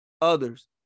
others